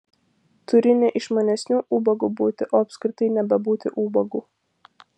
turi ne išmanesniu ubagu būti o apskritai nebebūti ubagu